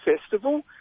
festival